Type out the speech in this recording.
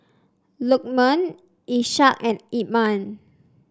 Lukman Ishak and Iman